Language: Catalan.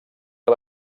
que